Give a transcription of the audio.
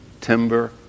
timber